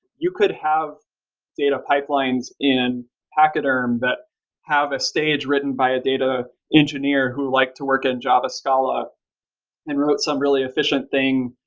you could have data pipelines in pachyderm that have a stage written by a data engineer who like to work in java, skala and wrote some really efficient thing,